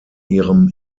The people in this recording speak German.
ihrem